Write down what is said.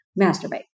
masturbate